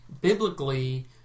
biblically